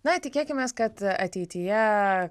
na tikėkimės kad ateityje